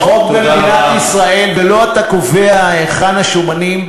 יש חוק במדינת ישראל, ולא אתה קובע היכן השומנים.